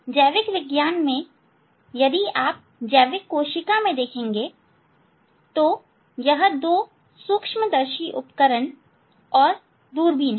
जैविक विज्ञान में यदि आप जैविक कोशिका में देखेंगे तो यह दो सूक्ष्मदर्शी उपकरण और दूरबीन हैं